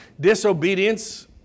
Disobedience